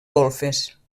golfes